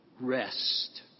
rest